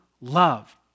love